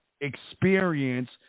experience